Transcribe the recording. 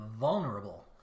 vulnerable